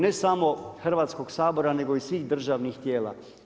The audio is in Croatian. Ne samo Hrvatskog sabora, nego i svih državnih tijela.